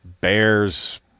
bears